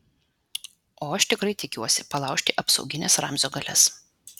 o aš tikrai tikiuosi palaužti apsaugines ramzio galias